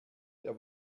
der